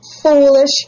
Foolish